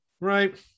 right